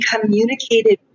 communicated